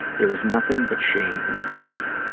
there is nothing but shame and fear.